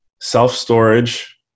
Self-storage